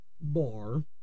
bar